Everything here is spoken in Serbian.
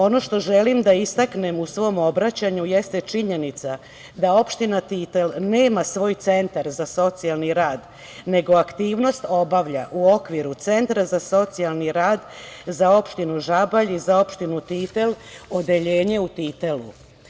Ono što želim da istaknem u svom obraćanju jeste činjenica da opština Titel nema svoj centar za socijalni rad, nego aktivnost obavlja u okviru Centra za socijalni rad za opštinu Žabalj i opštinu Titel odeljenje u Titelu.